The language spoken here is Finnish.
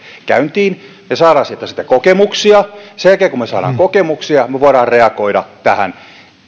käyntiin me saamme sieltä sitten kokemuksia sen jälkeen kun me saamme kokemuksia me voimme reagoida tähän